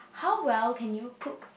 how well can you cook